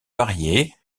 variées